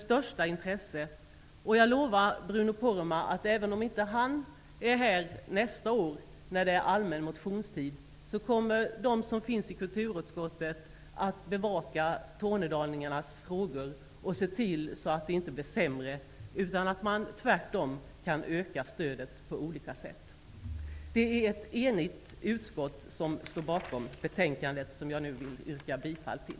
Även om Bruno Poromaa själv inte är här nästa år under den allmäna motionstiden lovar jag honom att de som finns i kulturutskottet kommer att bevaka tornedalingarnas frågor och se till att stödet inte blir sämre utan att det tvärtom på olika sätt kan ökas. Det är ett enigt utskott som står bakom den hemställan som jag nu vill yrka bifall till.